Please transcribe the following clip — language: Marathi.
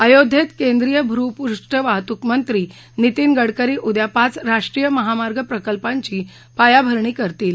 अयोध्येत केंद्रीय भूपृष्ठवाहतूक मंत्री नितीन गडकरी उद्या पाच राष्ट्रीय महामार्ग प्रकल्पांची पायाभरणी करतील